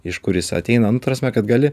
iš kur jis ateina nu ta prasme kad gali